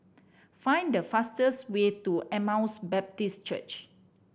find the fastest way to Emmaus Baptist Church